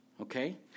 okay